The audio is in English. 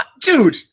dude